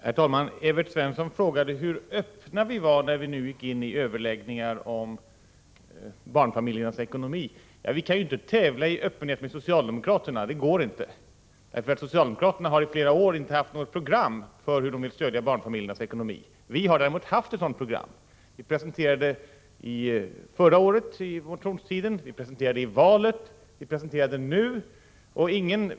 Herr talman! Evert Svensson frågade hur öppna vi är när vi nu går in i överläggningar om barnfamiljernas ekonomi. Ja, vi kan ju inte tävla i öppenhet med socialdemokraterna. Det går inte, för socialdemokraterna har i flera år inte haft något program för hur de vill stödja barnfamiljernas ekonomi. Vi har däremot länge haft ett sådant program. Vi presenterade det förra året under motionstiden, vi presenterade det i valrörelsen och vi presenterar det nu.